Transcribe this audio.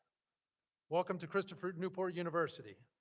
welcome to christopher newport university,